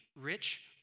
rich